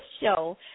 show